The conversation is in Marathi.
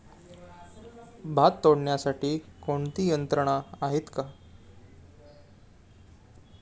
भात तोडण्यासाठी कोणती यंत्रणा आहेत का?